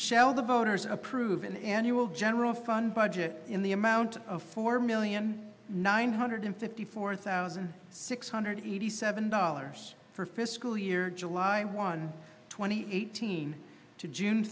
shell the voters approve an annual general fund budget in the amount of four million nine hundred fifty four thousand six hundred eighty seven dollars for fiscal year july one twenty eighteen to june